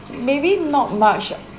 maybe not much